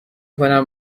کنم